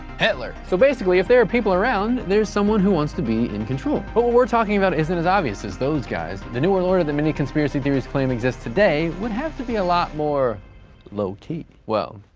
hitler. so basically, if there are people around, there is someone who wants to be in control. but what we're talking about isn't as obvious as those guys. the new world order that many conspiracy theorists claim exist today would be have to be a lot more low-key. well,